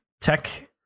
tech